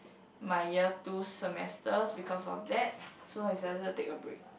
my year two semesters because of that so I decided to take a break